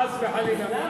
חס וחלילה.